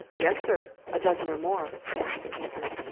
yes, sir a dozen or more, answered the keeper.